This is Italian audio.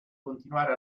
continuare